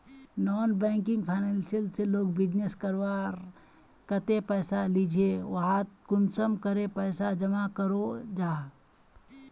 Non banking financial से लोग business करवार केते पैसा लिझे ते वहात कुंसम करे पैसा जमा करो जाहा?